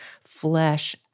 flesh